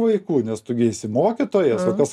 vaikų nes tu gi esi mokytojas o kas